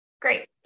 Great